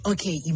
Okay